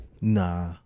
Nah